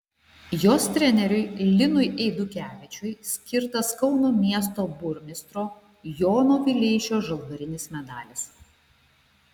jos treneriui linui eidukevičiui skirtas kauno miesto burmistro jono vileišio žalvarinis medalis